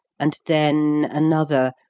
and then another,